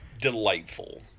delightful